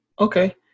Okay